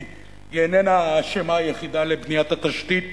כי היא איננה האשמה היחידה לבניית התשתית